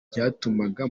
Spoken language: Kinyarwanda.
byatumaga